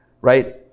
right